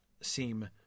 seem